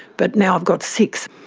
but now i've got six.